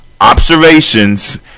observations